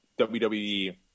WWE